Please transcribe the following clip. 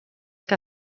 que